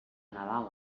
nadal